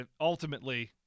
ultimately